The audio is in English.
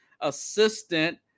assistant